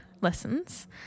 lessons